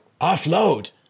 offload